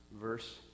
verse